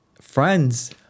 friends